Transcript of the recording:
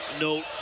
note